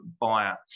buyer